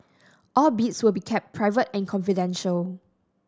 all bids will be kept private and confidential